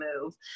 move